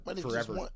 forever